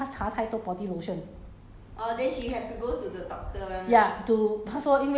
她她要拿 leave 因为 hor 拿两三天 leave because you know why 因为她擦太多 body lotion